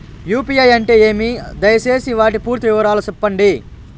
UPI అంటే ఏమి? దయసేసి వాటి పూర్తి వివరాలు సెప్పండి?